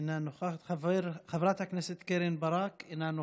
אינה נוכחת, חברת הכנסת קרן ברק, אינה נוכחת,